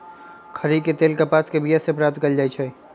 खरि के तेल कपास के बिया से प्राप्त कएल जाइ छइ